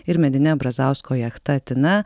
ir medine brazausko jachta tina